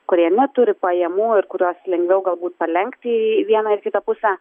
kurie neturi pajamų ir kuriuos lengviau galbūt palenkti į vieną ar kitą pusę